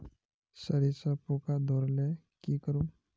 सरिसा पूका धोर ले की करूम?